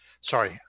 Sorry